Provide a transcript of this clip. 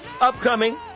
Upcoming